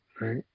Right